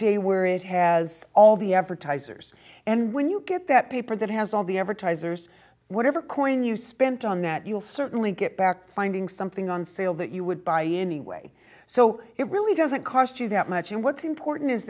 day where it has all the advertisers and when you get that paper that has all the advertisers whatever coin you spent on that you'll certainly get back to finding something on sale that you would buy anyway so it really doesn't cost you that much and what's important is